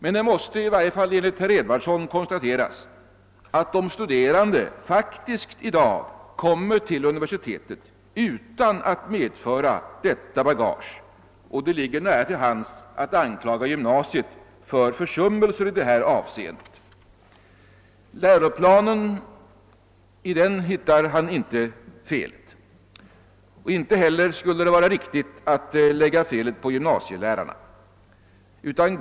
Men det måste konstateras — i varje fall enligt herr Edwardsson — att de studerande faktiskt i dag kommer till universitetet utan att medföra detta bagage, och det ligger nära till hands att anklaga gymnasiet för försummelse i det avseendet. I läroplanen hittar herr Edwardsson inte felet, och inte heller vore det riktigt att lägga felet hos gymnasielärarna.